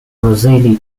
rosalie